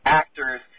actors